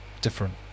different